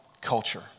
culture